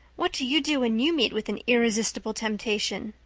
what do you do when you meet with an irresistible temptation?